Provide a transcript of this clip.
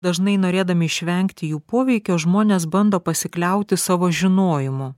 dažnai norėdami išvengti jų poveikio žmonės bando pasikliauti savo žinojimu